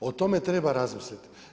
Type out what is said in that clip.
O tome treba razmisliti.